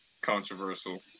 controversial